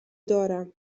دارم